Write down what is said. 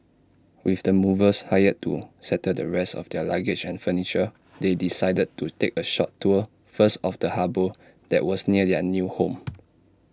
with the movers hired to settle the rest of their luggage and furniture they decided to take A short tour first of the harbour that was near their new home